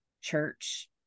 church